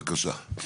בבקשה.